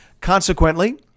Consequently